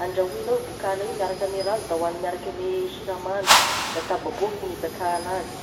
andrahoinao bokala io miaraka ame rano de hoanina miaraka ame siramamy, de tababoaky gn'izaka anazy.